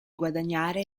guadagnare